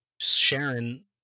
Sharon